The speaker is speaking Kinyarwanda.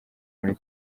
muri